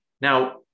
Now